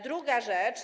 Druga rzecz.